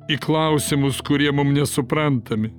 į klausimus kurie mums nesuprantami